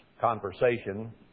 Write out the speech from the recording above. conversation